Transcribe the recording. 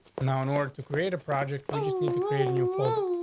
now, in order to create a project, we just need to create a new folder.